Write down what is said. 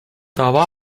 dava